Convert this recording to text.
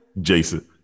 Jason